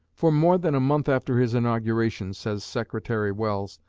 for more than a month after his inauguration, says secretary welles,